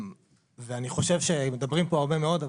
ואני חושב שמדברים פה הרבה מאוד,